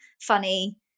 funny